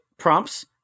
Prompts